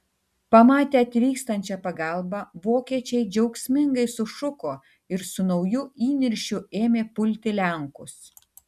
pamatę atvykstančią pagalbą vokiečiai džiaugsmingai sušuko ir su nauju įniršiu ėmė pulti lenkus